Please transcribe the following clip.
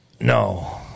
No